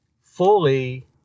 fully